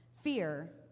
fear